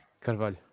Carvalho